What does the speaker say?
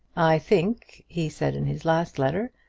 i think, he said in his last letter,